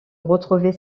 retrouver